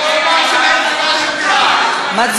תראה מה הוא אמר, במפלגה